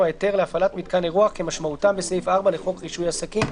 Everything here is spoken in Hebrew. ההיתר להפעלת מיתקן אירוח כמשמעותם בסעיף 4 לחוק רישוי עסקים,